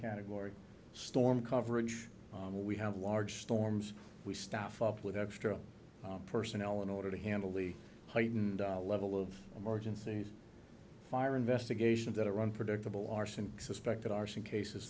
category storm coverage we have large storms we staff up with extra personnel in order to handle e heightened level of emergencies fire investigations that are unpredictable arson suspected arson cases